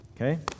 Okay